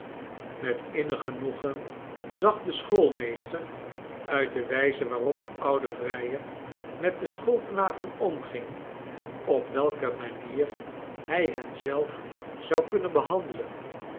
met innig genoegen zag de schoolmeester uit de wijze waarop de oude vrijer met de schoolknapen omging op welke manier hij hen zelf zou kunnen behandelen